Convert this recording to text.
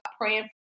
praying